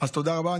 אז תודה רבה.